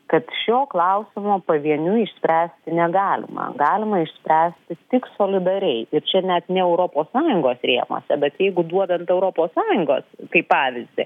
kad šio klausimo pavieniui išspręsti negalima galima išspręsti tik solidariai ir čia net ne europos sąjungos rėmuose bet jeigu duodant europos sąjungą kaip pavyzdį